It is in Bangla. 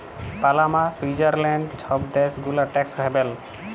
পালামা, সুইৎজারল্যাল্ড ছব দ্যাশ গুলা ট্যাক্স হ্যাভেল